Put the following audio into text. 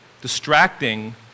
Distracting